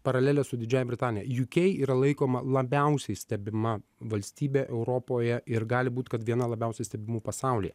paralelė su didžiąja britanija uk yra laikoma labiausiai stebima valstybe europoje ir gali būt kad viena labiausiai stebimų pasaulyje